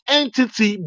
entity